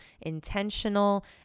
intentional